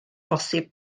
posib